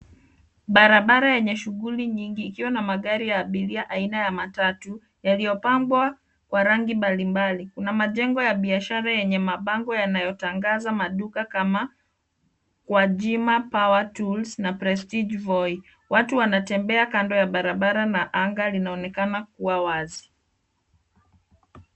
Barabara yenye shughuli nyingi ikiwa na magari ya abiria aina ya matatu yaliyopambwa kwa rangi mbalimbali. Kuna majengo ya biashara yenye mabango yanayotangaza maduka kama kwajima power tools na prestige voi. Watu wanatembea kando ya barabara na anga linaonekana kuwa wazi.